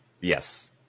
Yes